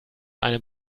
eine